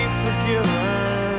forgiven